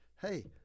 hey